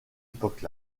époque